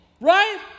right